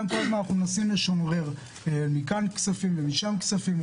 אנחנו כל הזמן מנסים פה לשנורר מפה ומשם כספים.